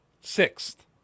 sixth